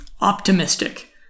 optimistic